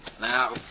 Now